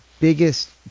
biggest